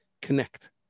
Connect